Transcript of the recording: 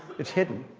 it's hidden.